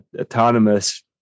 autonomous